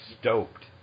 stoked